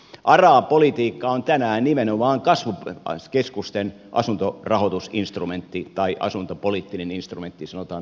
aran politiikka on tänään nimenomaan kasvukeskusten asuntorahoitusinstrumentti tai asuntopoliittinen instrumentti sanotaan tällä tavalla